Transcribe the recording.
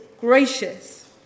gracious